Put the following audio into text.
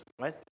right